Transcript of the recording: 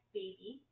baby